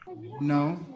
no